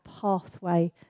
pathway